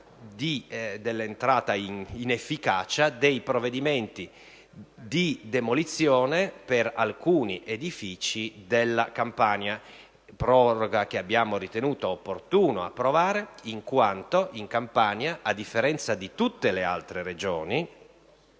dell'entrata in vigore dei provvedimenti di demolizione per alcuni edifici della Campania, proroga che abbiamo ritenuto opportuno approvare in quanto in Campania, a differenza di tutte le altre Regioni,